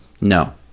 no